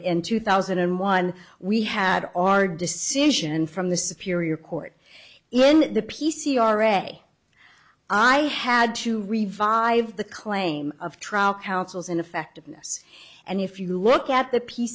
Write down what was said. two thousand and one we had our decision from the superior court in the p c r a i had to revive the claim of trial counsel's ineffectiveness and if you look at the p